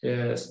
Yes